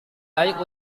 baik